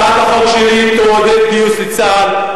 הצעת החוק שלי תעודד גיוס לצה"ל,